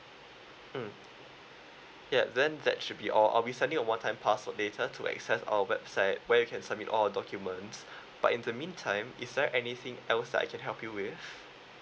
mm ya then that should be all uh we send you a one time pass later to access our website where you can submit all documents but in the meantime is there anything else I can help you with